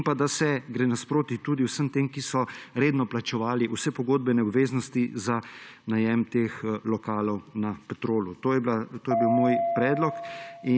in da se gre naproti tudi vsem tem, ki so redno plačevali vse pogodbene obveznosti za najem teh lokalov na Petrolu. To je bil moj predlog